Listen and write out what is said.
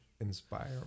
inspire